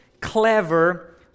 clever